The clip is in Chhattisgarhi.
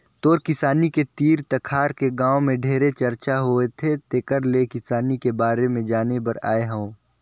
तोर किसानी के तीर तखार के गांव में ढेरे चरचा होवथे तेकर ले किसानी के बारे में जाने बर आये हंव